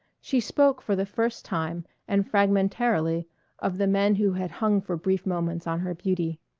she spoke for the first time and fragmentarily of the men who had hung for brief moments on her beauty.